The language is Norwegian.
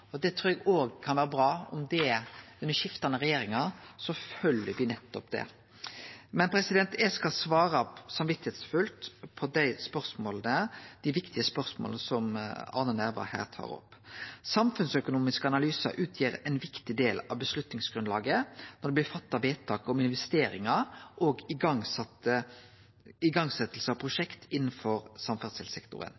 Det trur eg òg kan vere bra at me følgjer under skiftande regjeringar. Men eg skal svare samvitsfullt på dei viktige spørsmåla som Arne Nævra her tar opp. Samfunnsøkonomiske analysar utgjer ein viktig del av avgjerdsgrunnlaget når det blir fatta vedtak om investeringar og